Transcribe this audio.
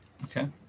Okay